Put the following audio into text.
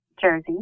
Jersey